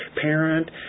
parent